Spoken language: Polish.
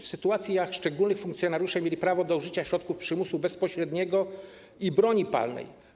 W sytuacjach szczególnych funkcjonariusze mieli prawo do użycia środków przymusu bezpośredniego i broni palnej.